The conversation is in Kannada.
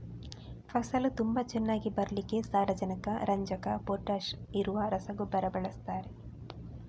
ಫಸಲು ತುಂಬಾ ಚೆನ್ನಾಗಿ ಬರ್ಲಿಕ್ಕೆ ಸಾರಜನಕ, ರಂಜಕ, ಪೊಟಾಷ್ ಇರುವ ರಸಗೊಬ್ಬರ ಬಳಸ್ತಾರೆ